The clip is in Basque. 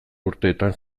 urteetan